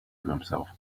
himself